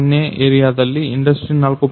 0 ಏರಿಯಾದಲ್ಲಿ ಇಂಡಸ್ಟ್ರಿ 4